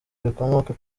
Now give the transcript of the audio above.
rikomoka